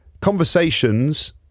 conversations